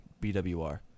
BWR